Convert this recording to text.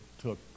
took